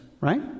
right